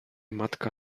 matka